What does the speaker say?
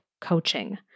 coaching